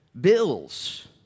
bills